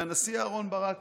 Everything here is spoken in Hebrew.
והנשיא אהרן ברק